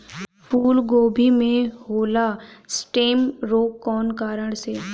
फूलगोभी में होला स्टेम रोग कौना कारण से?